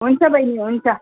हुन्छ बहिनी हुन्छ